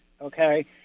okay